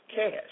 cash